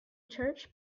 church